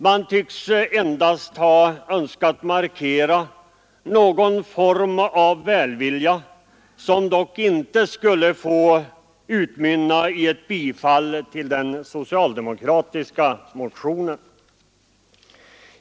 Man tycks endast ha önskat markera någon form av välvilja, som dock inte skulle få utmynna i ett bifall till den socialdemokratiska motionen.